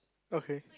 okay